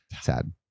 Sad